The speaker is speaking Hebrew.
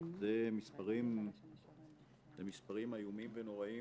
זה מספרים איומים ונוראיים